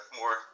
more